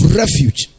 refuge